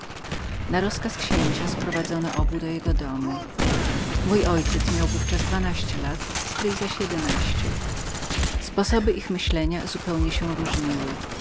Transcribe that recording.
na rozkaz księcia sprowadzono obu do jego domu mój ojciec miał w ówczas dwanaście lat stryj zaś jedenaście sposoby ich myślenia zupełnie się różniły